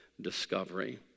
discovery